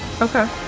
Okay